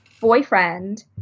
boyfriend